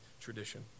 tradition